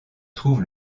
trouve